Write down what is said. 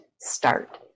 start